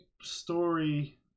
story